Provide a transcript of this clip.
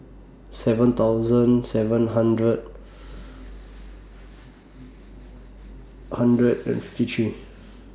seven thousand seven hundred hundred and fifty three